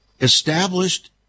established